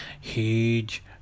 Huge